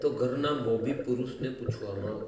તો ઘરના મોભી પુરુષને પૂછવામાં આવતું